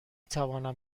توانم